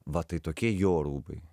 va tai tokie jo rūbai